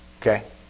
Okay